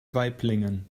waiblingen